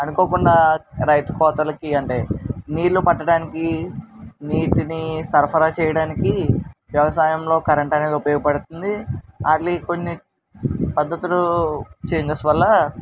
అనుకోకుండా రైతు కోతలుకి అంటే నీళ్ళు పట్టడానికి నీటిని సరఫరా చేయడానికి వ్యవసాయంలో కరెంట్ అనేది ఉపయోగపడుతుంది అఇ కొన్ని పద్ధతులు చేంజెస్ వల్ల